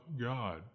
God